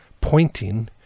pointing